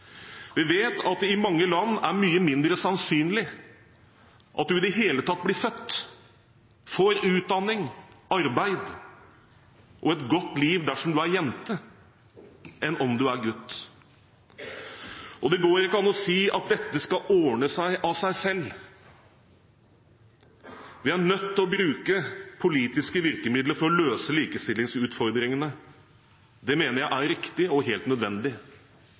Vi vet at det i mange land er mye mindre sannsynlig at man i det hele tatt blir født, får utdanning, arbeid og et godt liv dersom man er jente, enn om man er gutt. Det går ikke an å si at dette skal ordne seg av seg selv. Vi er nødt til å bruke politiske virkemidler for å løse likestillingsutfordringene. Det mener jeg er riktig og helt nødvendig.